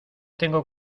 tengo